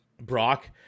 Brock